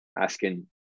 asking